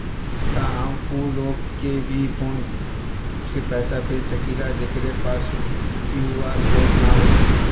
का हम ऊ लोग के भी फोन से पैसा भेज सकीला जेकरे पास क्यू.आर कोड न होई?